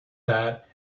that